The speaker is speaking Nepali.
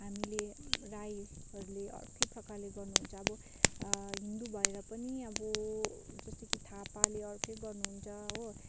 हामीले राईहरूले अर्कै प्रकारले गर्नुहुन्छ अब हिन्दू भएर पनि अब जस्तो कि थापाले अर्कै गर्नुहुन्छ हो